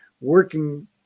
working